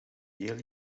yale